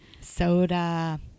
Soda